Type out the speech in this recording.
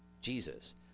jesus